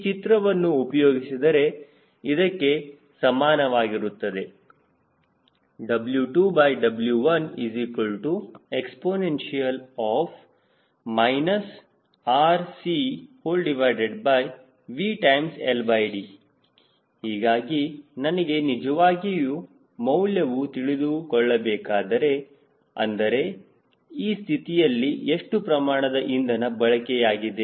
ಈ ಚಿತ್ರವನ್ನು ಉಪಯೋಗಿಸಿದರೆ ಇದಕ್ಕೆ ಸಮಾನವಾಗಿರುತ್ತದೆ W2W1exp RCVLD ಹೀಗಾಗಿ ನನಗೆ ನಿಜವಾಗಿಯೂ ಮೌಲ್ಯವು ತಿಳಿದುಕೊಳ್ಳಬೇಕಾದರೆ ಅಂದರೆ ಈ ಸ್ಥಿತಿಯಲ್ಲಿ ಎಷ್ಟು ಪ್ರಮಾಣದ ಇಂಧನ ಬಳಕೆಯಾಗಿದೆ